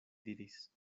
diris